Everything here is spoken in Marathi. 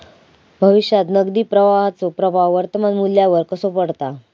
भविष्यात नगदी प्रवाहाचो प्रभाव वर्तमान मुल्यावर कसो पडता?